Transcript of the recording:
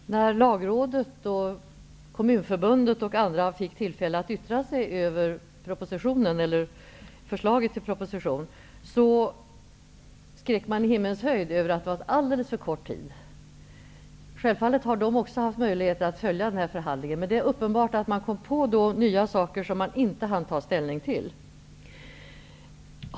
Fru talman! När Lagrådet, Kommunförbundet och andra fick tillfälle att yttra sig över förslaget till proposition, skrek man i himmelens höjd att tiden var alldeles för knapp. Självfallet har även de haft möjlighet att följa den här förhandlingen, men uppenbart kom de då på nya saker som de inte hann ta ställning till.